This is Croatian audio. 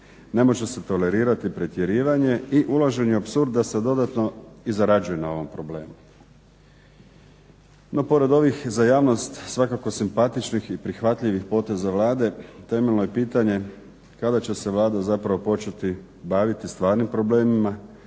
Ne može se tolerirati pretjerivanje i unošenje apsurda sa dodatno i zarađuju na ovom problemu. No, pored ovih za javnost svakako simpatičnih i prihvatljivih poteza Vlade, temeljno je pitanje kada će se Vlada zapravo početi baviti stvarnim problemima